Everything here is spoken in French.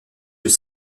peut